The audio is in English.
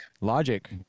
Logic